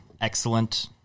excellent